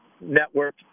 Network